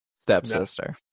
Stepsister